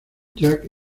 jake